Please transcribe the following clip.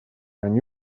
они